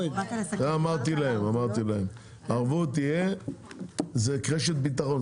בגדול, ערבות תהיה זה רשת ביטחון.